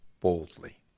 boldly